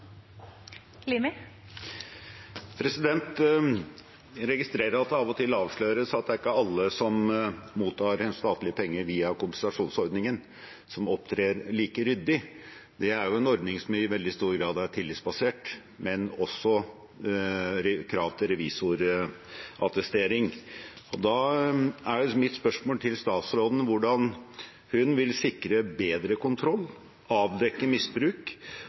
Jeg registrerer at det av og til avsløres at det ikke er alle som mottar statlige penger via kompensasjonsordningen, som opptrer like ryddig. Det er en ordning som i veldig stor grad er tillitsbasert, men det er også krav til revisorattestering. Da er mitt spørsmål til statsråden: Hvordan vil hun sikre bedre kontroll, avdekke misbruk